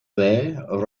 there